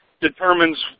determines